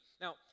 Now